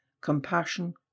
compassion